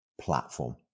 platform